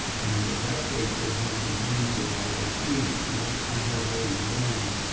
and that page will have the names of all of our tutors. now i have only one,